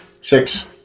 Six